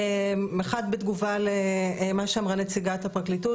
אחד בתגובה למה שאמרה נציגת הפרקליטות,